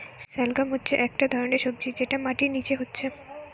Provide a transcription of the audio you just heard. শালগাম হচ্ছে একটা ধরণের সবজি যেটা মাটির নিচে হচ্ছে